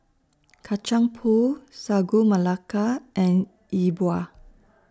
Kacang Pool Sagu Melaka and Yi Bua